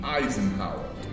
Eisenhower